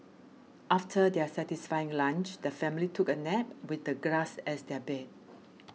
after their satisfying lunch the family took a nap with the grass as their bed